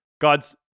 God's